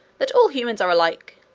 that all humans are alike!